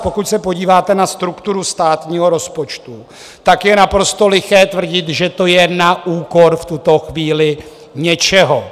Pokud se podíváte na strukturu státního rozpočtu, tak je naprosto liché tvrdit, že to je na úkor v tuto chvíli něčeho.